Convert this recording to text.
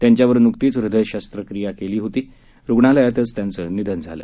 त्यांच्यावर नुकतीच हृदय शस्त्रक्रिया केली होती रुग्णालयातच त्यांचं निधन झालं